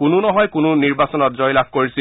কোনো নহয় কোনো নিৰ্বাচনত জয়লাভ কৰিছিল